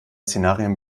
szenarien